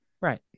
Right